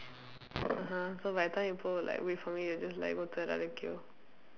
(uh huh) so by the time people will like wait for me they just like go to another queue